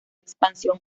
expansión